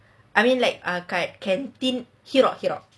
I mean like canteen